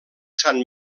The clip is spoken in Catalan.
sant